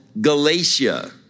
Galatia